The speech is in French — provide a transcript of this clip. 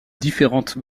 différentes